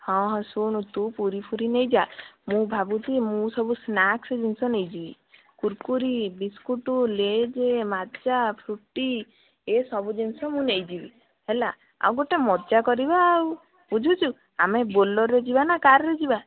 ହଁ ହଁ ଶୁଣୁ ତୁ ପୁରୀ ଫୁରୀ ନେଇଯା ମୁଁ ଭାବୁଛି ମୁଁ ସବୁ ସ୍ନାକ୍ସ୍ ଜିନିଷ ନେଇଯିବି କୁରୁକୁରି ବିସ୍କୁଟ୍ ଲେଜ୍ ମାଜା ଫ୍ରୁଟି ଏ ସବୁ ଜିନିଷ ମୁଁ ନେଇଯିବି ହେଲା ଆଉ ଗୋଟେ ମଜା କରିବା ଆଉ ବୁଝୁଛୁ ଆମେ ବୋଲେରୋରେ ଯିବା ନା କାରରେ ଯିବା